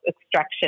extraction